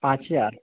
पाँच हजार